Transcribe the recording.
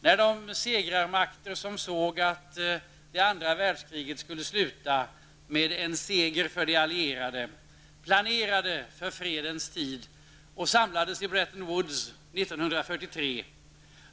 När segrarmakterna såg att det andra världskriget skulle sluta med en seger för de allierade planerade de för fredens tid och samlades i Bretton Woods 1943.